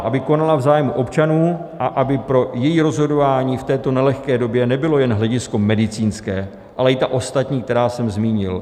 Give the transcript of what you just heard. Aby konala v zájmu občanů a aby pro její rozhodování v této nelehké době nebylo jen hledisko medicínské, ale i ta ostatní, která jsem zmínil.